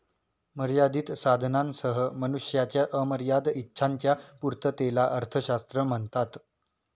मर्यादित साधनांसह मनुष्याच्या अमर्याद इच्छांच्या पूर्ततेला अर्थशास्त्र म्हणतात